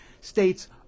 states